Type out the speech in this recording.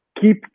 keep